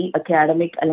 academic